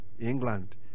England